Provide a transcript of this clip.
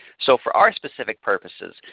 so for our specific purposes,